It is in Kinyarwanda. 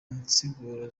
nsiguro